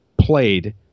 played